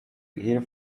hear